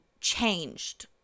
changed